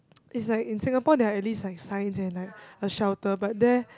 is like in Singapore there are at least like signs and like a shelter but there